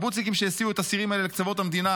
וקיבוצניקים פנסיונרים שהסיעו את הסירים האלה לקצוות המדינה